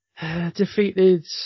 defeated